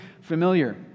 familiar